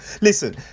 listen